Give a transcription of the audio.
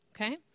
Okay